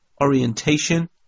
orientation